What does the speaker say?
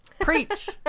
Preach